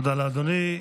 תודה לאדוני.